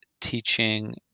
teaching